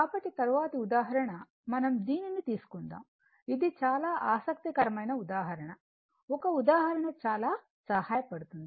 కాబట్టి తరువాతి ఉదాహరణ మనం దీనిని తీసుకుందాం ఇది చాలా ఆసక్తికరమైన ఉదాహరణ ఒక ఉదాహరణ చాలా సహాయపడుతుంది